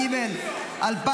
התשפ"ג 2023 -- איך?